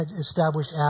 established